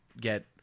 get